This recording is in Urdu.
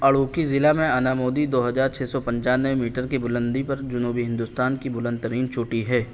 اڈوکی ضلع میں انامودی دو ہزار چھ سو پچانوے میٹر کی بلندی پر جنوبی ہندوستان کی بلند ترین چوٹی ہے